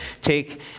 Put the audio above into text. take